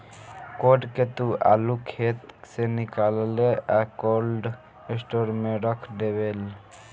code के तू आलू खेत से निकालेलऽ आ कोल्ड स्टोर में रख डेवेलऽ